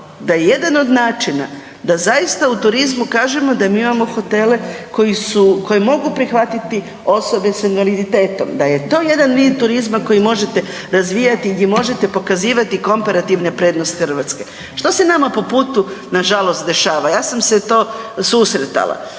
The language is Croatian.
da je jedan od načina da zaista u turizmu kažemo da mi imamo hotele koji su, koji mogu prihvatiti osobe s invaliditetom, da je to jedan vid turizma koji možete razvijati gdje možete pokazivati komparativne prednosti Hrvatske. Što se nama po putu nažalost dešava? Ja sam se to susretala,